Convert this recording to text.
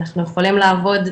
אנחנו יכולים לעבוד,